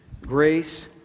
Grace